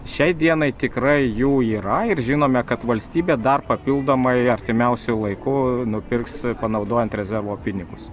šiai dienai tikrai jų yra ir žinome kad valstybė dar papildomai artimiausiu laiku nupirks panaudojant rezervo pinigus